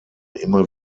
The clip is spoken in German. immer